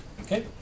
Okay